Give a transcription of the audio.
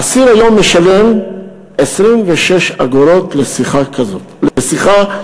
אסיר היום משלם 26 אגורות על שיחה רגילה,